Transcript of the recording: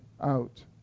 out